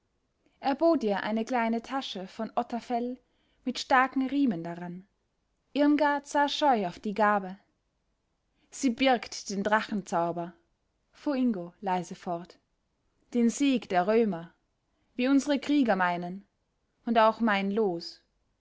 er bot ihr eine kleine tasche von otterfell mit starken riemen daran irmgard sah scheu auf die gabe sie birgt den drachenzauber fuhr ingo leise fort den sieg der römer wie unsere krieger meinen und auch mein los